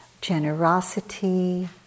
generosity